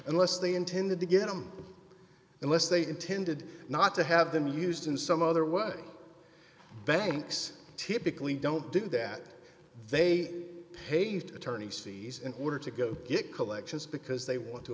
unless they intended to get them unless they intended not to have them used in some other way banks typically don't do that they paved attorneys fees in order to go get collections because they want to